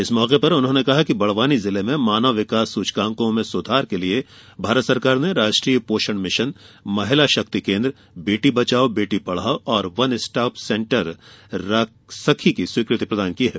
इस मौके पर उन्होंने कहा कि बड़वानी जिले में मानव विकास सूचकांको में सुधार के लिए भारत सरकार ने राष्ट्रीय पोषण मिशन महिला शक्ति केन्द्र बेटी बचाओं बेटी पढ़ाओं और वन स्टाप सेंटर सखी की स्वीकृति प्रदान की है